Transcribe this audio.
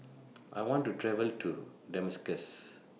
I want to travel to Damascus